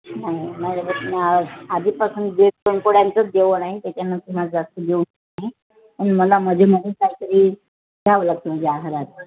नाही आधीपासून दीड दोन पोळ्यांचंच जेवण आहे त्याच्यानंतर माझं जास्त जेवत नाही पण मला मध्ये मध्ये काहीतरी घ्यावं लागतं म्हणजे आहारात